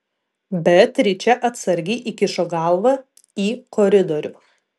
beatričė atsargiai iškišo galvą į koridorių